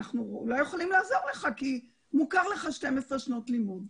אנחנו לא יכולים לעזור לך כי מוכרות לך 12 שנות לימוד.